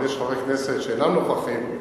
אבל יש חברי כנסת שאינם נוכחים,